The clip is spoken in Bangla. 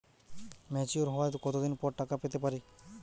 ম্যাচিওর হওয়ার কত দিন পর টাকা পেতে পারি?